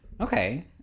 okay